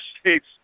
states